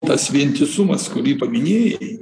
tas vientisumas kurį paminėjai